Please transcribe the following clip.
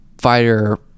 fighter